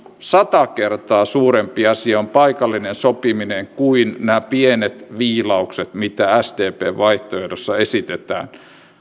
sata kertaa suurempi asia se paikallinen sopiminen kuin nämä pienet viilaukset mitä sdpn vaihtoehdossa esitetään